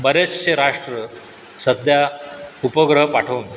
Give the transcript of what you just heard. बरेचशे राष्ट्र सध्या उपग्रह पाठवून